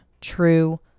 true